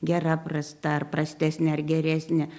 gera prasta ar prastesnė ar geresnė